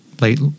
late